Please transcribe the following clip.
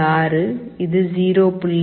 6 இது 0